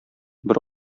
бер